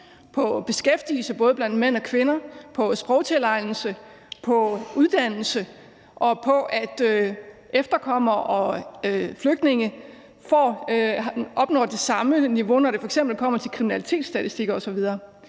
på beskæftigelse både blandt mænd og kvinder, på sprogtilegnelse, på uddannelse og på, at efterkommere og flygtninge opnår det samme niveau, når det f.eks. kommer til kriminalitetsstatistik osv.?